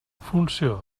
funció